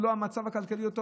היום המצב הכלכלי לא טוב,